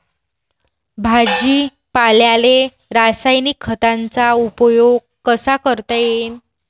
भाजीपाल्याले रासायनिक खतांचा उपयोग कसा करता येईन?